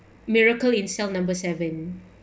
miracle in cell number seven